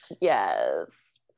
Yes